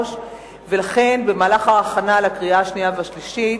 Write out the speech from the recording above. לכן במהלך ההכנה לקריאה השנייה והקריאה השלישית,